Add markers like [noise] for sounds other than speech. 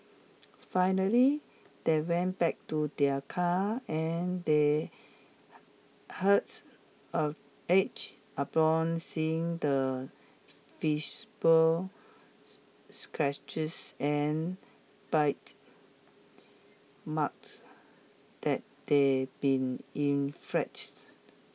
finally they went back to their car and they hearts [unintelligible] aged upon seeing the visible [unintelligible] scratches and bite marks that [unintelligible] been [unintelligible]